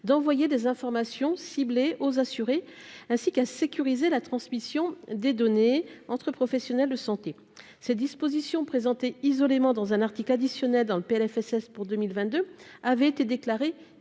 d'envoyer des informations ciblées aux assurés, ainsi qu'à sécuriser la transmission des données entre professionnels de santé, ces dispositions présentées isolement dans un article additionnel dans le Plfss pour 2022 avait été déclarée